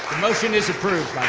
the motion is approved,